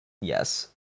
yes